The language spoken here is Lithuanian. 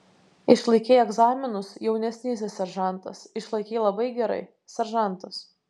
išlaikei egzaminus jaunesnysis seržantas išlaikei labai gerai seržantas